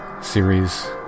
series